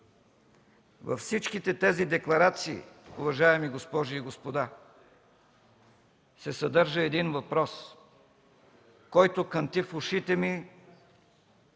Във всичките тези декларации, уважаеми госпожи и господа, се съдържа един въпрос, който кънти в ушите ми,